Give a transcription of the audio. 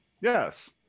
Yes